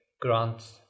grant